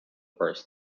burst